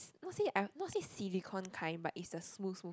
not say I not say silicon kind but is the smooth smooth